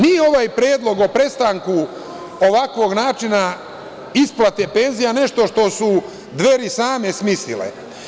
Nije ovaj predlog o prestanku ovakvog načina isplate penzija nešto što su Dveri same smislile.